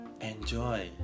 enjoy